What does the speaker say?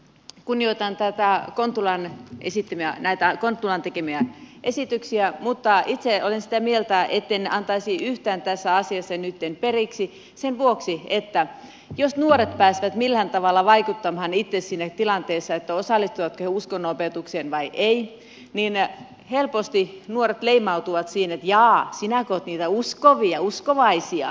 kunnioitan näitä kontulan tekemiä esityksiä mutta itse olen sitä mieltä etten antaisi yhtään tässä asiassa nytten periksi sen vuoksi että jos nuoret pääsevät millään tavalla vaikuttamaan itse siihen tilanteeseen osallistuvatko he uskonnonopetukseen vai eivät niin helposti nuoret leimautuvat siinä että jaa sinäkö olet niitä uskovia uskovaisia